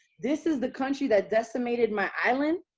this is the country that decimated my island?